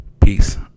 Peace